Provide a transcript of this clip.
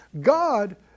God